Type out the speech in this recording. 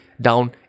down